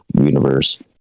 universe